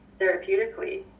therapeutically